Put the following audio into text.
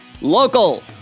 local